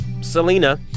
Selena